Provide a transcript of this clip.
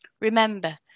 Remember